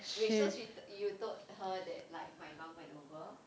wait so she you told her that like my mum went over